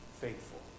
Faithful